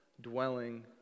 dwelling